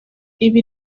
ibi